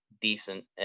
decent